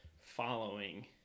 following